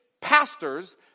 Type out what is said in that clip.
pastors